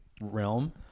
realm